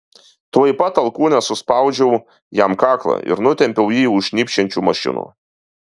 tuoj pat alkūne suspaudžiau jam kaklą ir nutempiau jį už šnypščiančių mašinų